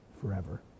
forever